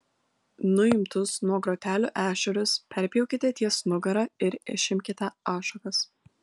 nuimtus nuo grotelių ešerius perpjaukite ties nugara ir išimkite ašakas